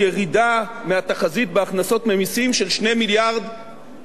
בהכנסות ממסים של 2.8 מיליארד שקלים.